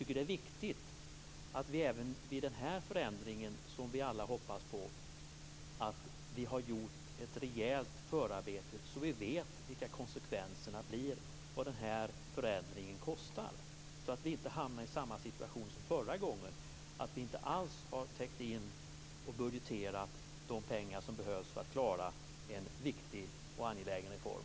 Men det är viktigt att vi även inför denna förändring, som vi alla hoppas på, har gjort ett rejält förarbete så vi vet vilka konsekvenserna blir, vad förändringen kostar, så att vi inte hamnar i samma situation som förra gången, dvs. att vi inte alls har täckt in och budgeterat de pengar som behövs för att klara en viktig och angelägen reform.